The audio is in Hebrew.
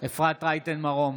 אפרת רייטן מרום,